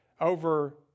over